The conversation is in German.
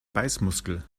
beißmuskel